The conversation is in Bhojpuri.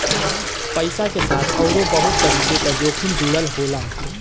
पइसा के साथ आउरो बहुत तरीके क जोखिम जुड़ल होला